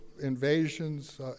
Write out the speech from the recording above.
invasions